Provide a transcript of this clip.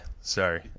sorry